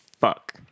Fuck